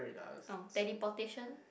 oh teleportation